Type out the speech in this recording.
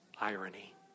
irony